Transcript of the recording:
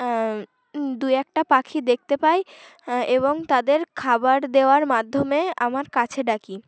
দু একটা পাখি দেখতে পাই এবং তাদের খাবার দেওয়ার মাধ্যমে আমার কাছে ডাকি